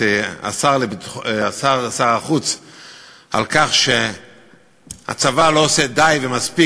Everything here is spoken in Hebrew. את שר החוץ על כך שהצבא לא עושה די ומספיק